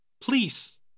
please